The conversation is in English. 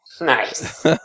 Nice